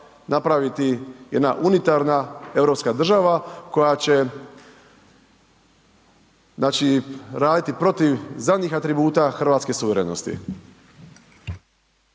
napraviti jedna unitarna europska država koja će znači raditi protiv zadnjih atributa hrvatske suverenosti.